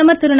பிரதமர் திரு